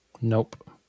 Nope